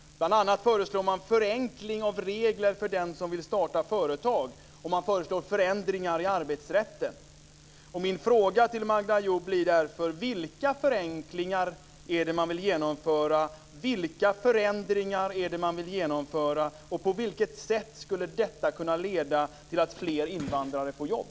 Bl.a. föreslår man förenkling av regler för den som vill starta företag. Man föreslår förändringar i arbetsrätten. Min fråga till Magda Ayoub blir följande. Vilka förenklingar vill man genomföra, vilka förändringar vill man genomföra och på vilket sätt kan det leda till att fler invandrare får jobb?